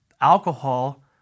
alcohol